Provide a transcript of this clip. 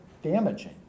damaging